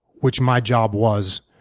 which my job was,